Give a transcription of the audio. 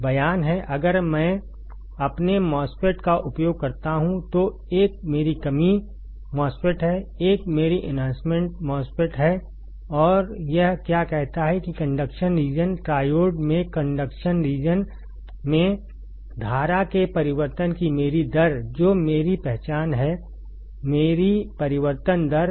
बयान है अगर मैं अपने MOSFET का उपयोग करता हूं तो 1 मेरी कमी MOSFET है 1 मेरी एन्हांसमेंट MOSFET है और यह क्या कहता है कि कंडक्शन रीजन ट्रायोड में कंडक्शन रीजन में धारा के परिवर्तन की मेरी दर जो कि मेरी पहचान है मेरी परिवर्तन दर है